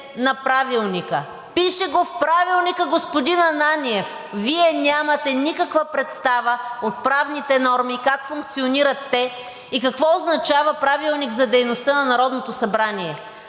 на Правилника! Пише го в Правилника, господин Ананиев! Вие нямате никаква представа от правните норми – как функционират те, и какво означава Правилник за дейността на Народното събрание!